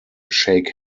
shake